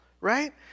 right